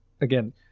again